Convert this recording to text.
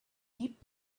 deep